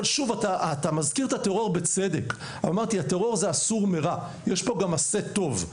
אתה מזכיר את הטרור ובצדק אמרתי שהטרור זה הסור מרע ויש גם עשה טוב.